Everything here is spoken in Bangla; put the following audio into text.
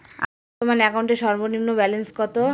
আমার বর্তমান অ্যাকাউন্টের সর্বনিম্ন ব্যালেন্স কত?